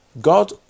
God